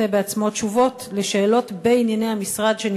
בעצמו תשובות על שאלות שנשאלות בענייני המשרד.